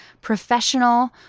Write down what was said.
professional